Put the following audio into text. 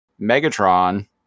Megatron